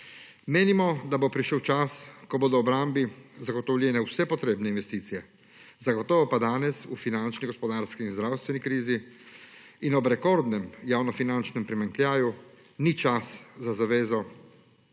Menimo, da bo prišel čas, ko bodo obrambi zagotovljene vse potrebne investicije, zagotovo pa danes v finančni, gospodarski in zdravstveni krizi in ob rekordnem javnofinančnem primanjkljaju ni čas za zavezo